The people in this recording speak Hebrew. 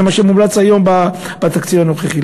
זה מה שמומלץ היום בתקציב הנוכחי.